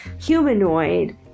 humanoid